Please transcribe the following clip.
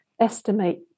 estimate